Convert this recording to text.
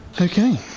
Okay